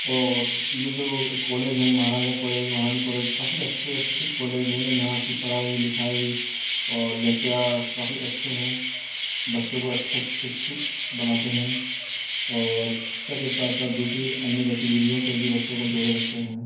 और यह जो कॉलेज हैं महाराजा कॉलेज महारानी कॉलेज काफ़ी अच्छे और विकसित कॉलेज हैं यहाँ की पढ़ाई लिखाई और लेक्चरार्स काफ़ी अच्छे है बच्चों को अच्छे शिक्षित बनाते हैं और शिक्षा के साथ साथ दूसरी अन्य गतिविधियों से भी बच्चों को जोड़े रखते हैं